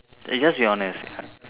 just be honest